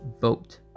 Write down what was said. vote